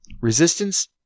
resistance